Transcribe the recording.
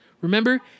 Remember